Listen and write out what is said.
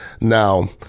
Now